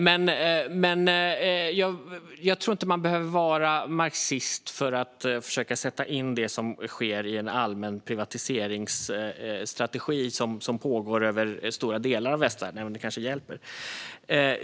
Man behöver inte vara marxist för att försöka sätta in det som sker i en allmän privatiseringsstrategi som pågår över stora delar av västvärlden, även om det kanske hjälper.